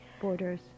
borders